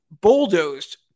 bulldozed